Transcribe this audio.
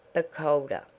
but colder.